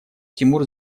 тимур